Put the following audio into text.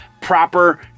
proper